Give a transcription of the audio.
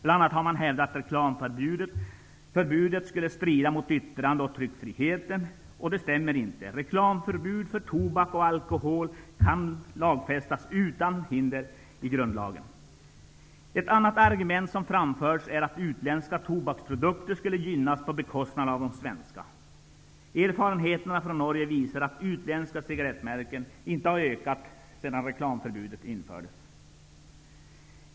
Man har bl.a. hävdat att reklamförbudet skulle strida mot yttrande och tryckfriheten. Det stämmer inte. Reklamförbud för tobak och alkohol kan lagfästas utan att det strider mot grundlagen. Ett annat argument som framförs är att utländska tobaksprodukter skulle gynnas på bekostnad av de svenska. Erfarenheterna från Norge visar att försäljningen av utländska cigarettmärken inte har ökat sedan reklamförbudet infördes.